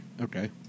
Okay